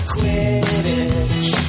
Quidditch